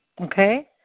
okay